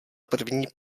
první